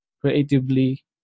creatively